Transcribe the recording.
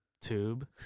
tube